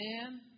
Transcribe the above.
Amen